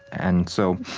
and so,